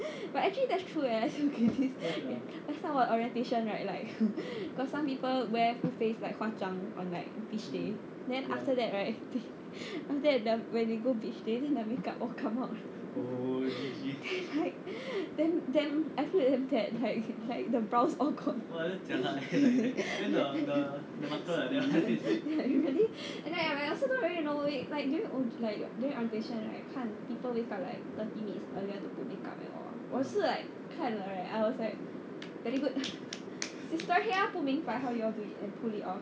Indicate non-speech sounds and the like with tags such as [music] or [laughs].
but actually that's true eh [laughs] last time 我 orientation right like got some people wear full face like 化妆 on like beach day then after that right after that they go beach day then their makeup all come out then like then then I feel damn bad like like [laughs] the brows all gone [laughs] [noise] and then I also don't really know like like during O_G like during orientation right 我看 people wake up like thirty minutes earlier to put makeup and all 我是 like 看了 right I was like very good [noise] 不明白 how you all do it and pull it off